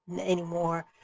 anymore